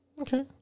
Okay